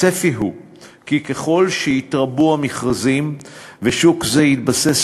הצפי הוא כי ככל שיתרבו המכרזים ושוק זה יתבסס